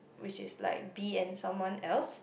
which is like B and someone else